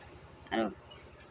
एहिमे